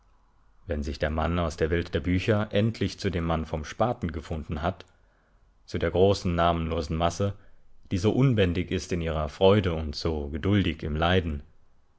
wenn sich der mann aus der welt der bücher endlich zu dem mann vom spaten gefunden hat zu der großen namenlosen masse die so unbändig ist in ihrer freude und so geduldig im leiden